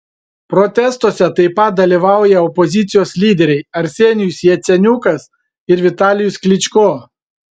protestuose taip pat dalyvauja opozicijos lyderiai arsenijus jaceniukas ir vitalijus klyčko